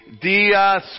Dia